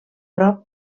prop